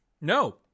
No